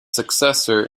successor